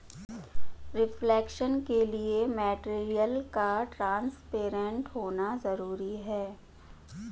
reflection के लिए material का ट्रांसपेरेंट होना जरूरी है